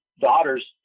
daughters